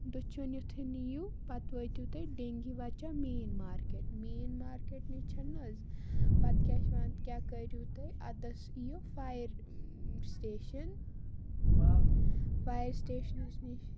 دٔچھُن یُتھٕے نِیوٗ پَتہٕ وٲتیوٗ تُہۍ ڈیٚنگی وَچہ مین مارکیٹ مین مارکیٹ نِش چھِنہٕ حظ پتہٕ کیٛاہ چھِ وَنان کیاہ کٔریوٗ تُہۍ اَتَس ییٖیو فایر سِٹیشَن فایر سِٹیشنَس نِش